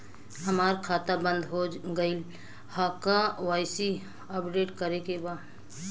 हमार खाता बंद हो गईल ह के.वाइ.सी अपडेट करे के बा?